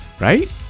right